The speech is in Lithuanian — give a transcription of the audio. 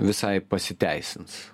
visai pasiteisins